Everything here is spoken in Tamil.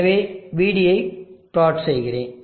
எனவே V ஐ பிளாட் செய்கிறேன்